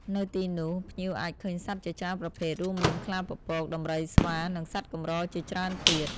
នៅទីនោះ ភ្ញៀវអាចឃើញសត្វជាច្រើនប្រភេទ រួមមាន ខ្លាពពក ដំរី ស្វា និងសត្វកម្រជាច្រើនទៀត ។